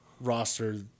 roster